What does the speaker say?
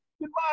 goodbye